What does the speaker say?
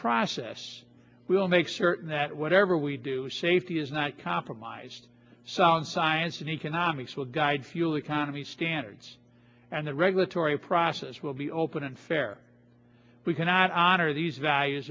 process we'll make certain that whatever we do safety is not compromised sound science and economics will guide fuel economy standards and the regulatory process will be open and fair we cannot honor these values